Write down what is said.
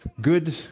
good